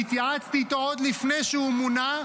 אני התייעצתי איתו עוד לפני שהוא מונה,